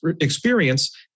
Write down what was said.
experience